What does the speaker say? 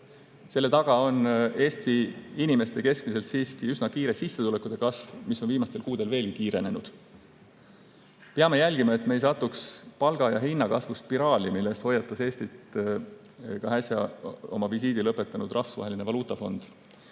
Selle taga on Eesti inimeste keskmiselt siiski üsna kiire sissetulekute kasv, mis on viimastel kuudel veelgi kiirenenud. Peame jälgima, et me ei satuks palga‑ ja hinnakasvu spiraali, mille eest hoiatas Eestit äsja oma visiidi lõpetanud Rahvusvaheline Valuutafond.